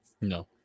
No